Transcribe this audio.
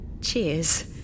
Cheers